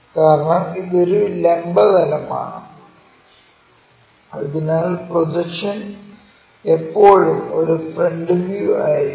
കാരണം ഇത് ഒരു ലംബ തലം ആണ് അതിനാൽ പ്രോജക്ഷൻ എപ്പോഴും ഒരു ഫ്രണ്ട് വ്യൂ ആയിരിക്കും